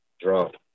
drunk